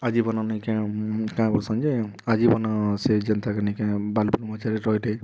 ଆଜୀବନ ନାଇ କାଏଁ କାଏଁ ବଲ୍ସନ୍ ଯେ ଆଜୀବନ ସେ ଯେନ୍ଟାକେ ନାଇ କାଏଁ ବାଲ୍ ବ୍ରହ୍ମଚାରୀ ରହି ରହି